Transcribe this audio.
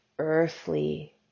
earthly